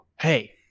hey